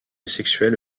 sexuelle